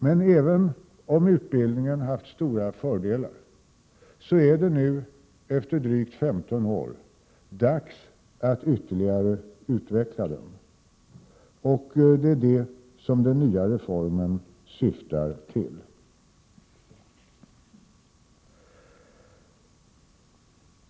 Men även om utbildningen har haft stora fördelar, är det nu efter drygt 15 år dags att ytterligare utveckla den, vilket den nya reformen syftar till.